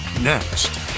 Next